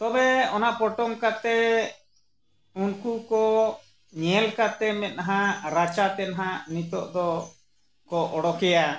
ᱛᱚᱵᱮ ᱚᱱᱟ ᱯᱚᱴᱚᱢ ᱠᱟᱛᱮᱫ ᱩᱱᱠᱩ ᱠᱚ ᱧᱮᱞ ᱠᱟᱛᱮᱫ ᱢᱮᱫᱦᱟ ᱨᱟᱪᱟ ᱛᱮ ᱱᱟᱜ ᱱᱤᱛᱳᱜ ᱫᱚᱠᱚ ᱚᱰᱚᱠᱮᱭᱟ